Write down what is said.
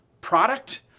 product